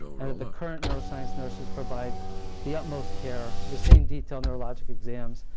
and that the current neuroscience nurses provide the utmost care, the same detailed neurologic exams,